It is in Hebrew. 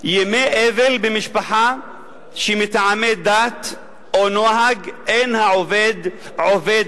ימי אבל במשפחה שמטעמי דת או נוהג אין העובד עובד